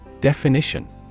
Definition